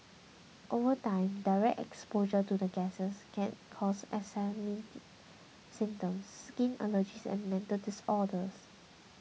over time direct exposure to the gases can cause asthmatic symptoms skin allergies and mental disorders